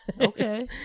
okay